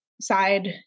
side